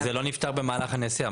זה לא נפטר במהלך הנסיעה.